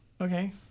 okay